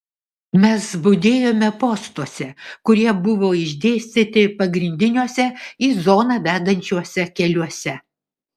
mes budėjome postuose kurie buvo išdėstyti pagrindiniuose į zoną vedančiuose keliuose